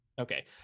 okay